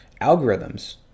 algorithms